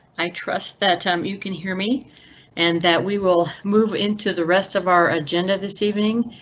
i trust that um you can hear me and that we will move into the rest of our agenda this evening.